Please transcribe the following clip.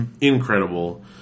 incredible